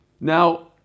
Now